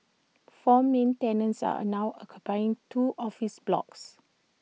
four main tenants are now occupying two office blocks